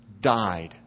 died